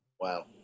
Wow